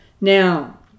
Now